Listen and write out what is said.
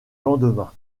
lendemain